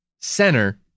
center